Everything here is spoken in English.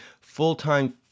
full-time